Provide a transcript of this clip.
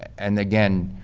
and again,